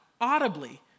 audibly